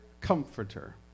comforter